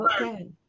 Okay